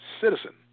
citizen